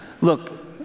Look